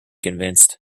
convinced